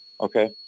okay